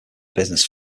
business